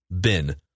bin